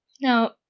Now